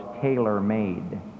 tailor-made